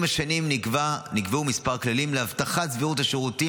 עם השנים נקבעו כמה כללים להבטחת סבירות השירותים